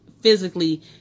physically